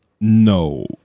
No